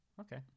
Okay